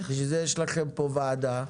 בשביל זה יש לכם פה ועדה,